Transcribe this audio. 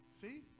See